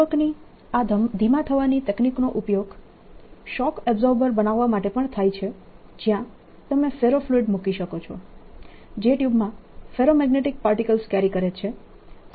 ચુંબકની આ ધીમા થવાની તકનીકનો ઉપયોગ શોક એબ્સોર્બર બનાવવા માટે પણ થાય છે જયાં તમે ફેરોફ્લુઇડ મૂકો છો જે ટ્યુબમાં ફેરોમેગ્નેટીક પાર્ટીકલ્સ કેરી કરે છે